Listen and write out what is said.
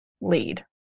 lead